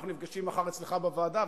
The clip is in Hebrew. אנחנו נפגשים מחר אצלך בוועדה,